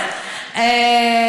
אחר.